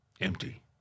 empty